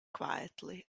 quietly